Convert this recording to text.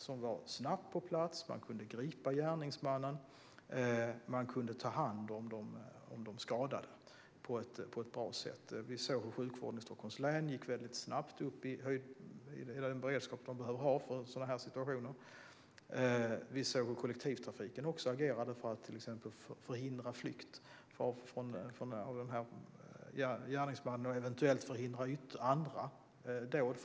De var snabbt på plats, kunde gripa gärningsmannen och ta hand om de skadade på ett bra sätt. Sjukvården i Stockholms län gick snabbt upp i den beredskap som behövs i sådana situationer. Kollektivtrafiken agerade också, för att förhindra gärningsmannens flykt och andra eventuella dåd.